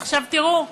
עכשיו, תראו,